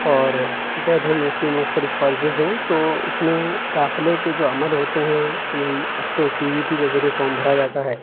اور اسی طرح دہلی یونیورسٹی میں مختلف کالجز ہیں تو اس میں داخلے کے جو عمل ہوتے ہیں یہی اب تو سی یو ای ٹی کے ذریعے فارم بھرا جاتا ہے